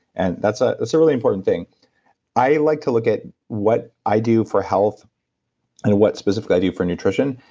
and that's a so really important thing i like to look at what i do for health and what specifically i do for nutrition,